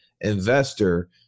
investor